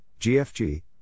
GFG